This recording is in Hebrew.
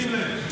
שים לב.